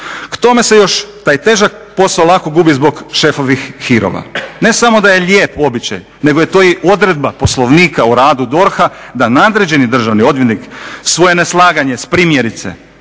K tome se još taj težak posao lako gubi zbog šefovih hirova. Ne samo da je lijep običaj nego je to i odredba Poslovnika o radu DORH-a da nadređeni državni odvjetnik svoje neslaganje s primjerice